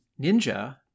ninja